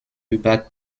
über